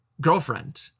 girlfriend